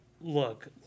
look